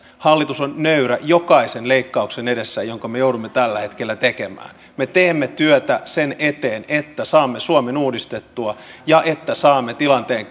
hallitus on nöyrä jokaisen leikkauksen edessä jonka me joudumme tällä hetkellä tekemään me teemme työtä sen eteen että saamme suomen uudistettua ja että saamme tilanteen